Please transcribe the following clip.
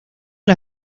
las